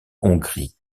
hongrie